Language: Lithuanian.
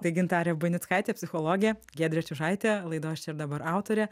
tai gintarė buinickaitė psichologė giedrė čiužaitė laidos čia ir dabar autorė